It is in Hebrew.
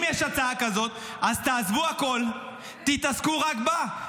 אם יש הצעה כזאת אז תעזבו הכול, תתעסקו רק בה.